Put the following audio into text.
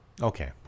Okay